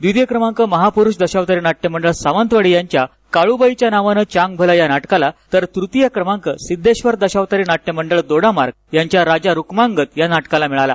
द्वितीय क्रमांक महापुरूष दशावतारी नाट्य मंडळ सावंतवाडी यांच्या काळुबाईच्या नावान चांगभल या नाटकाला तर तृतीय क्रमांक सिध्देश्वर दशावतारी नाट्य मंडळ दोडामार्ग यांच्या राजा रुक्मांगद या नाटकाला मिळला